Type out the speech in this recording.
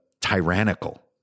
tyrannical